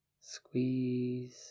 squeeze